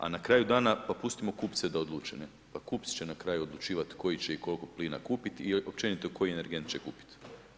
A na kraju dana pa pustimo kupce da odluče, pa kupci će na kraju odlučivati koji će i koliko će plina kupiti i općenito koji energent će kupiti.